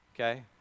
okay